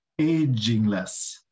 agingless